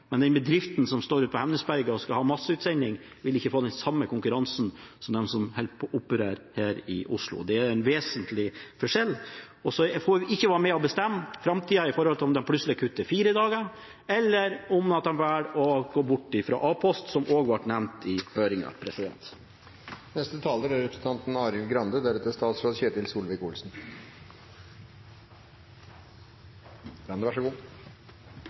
men bedriften ute på Hemnesberget som skal ha masseutsending, vil ikke få den samme konkurransen som de som opererer her i Oslo. Det er en vesentlig forskjell. Og så får vi i framtida ikke være med og bestemme i forhold til om de plutselig kutter til fire dager, eller om de velger å gå bort fra A-post, som også ble nevnt i høringen. Det var innlegget fra representanten